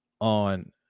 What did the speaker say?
on